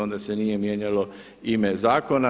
Onda se nije mijenjalo ime zakona.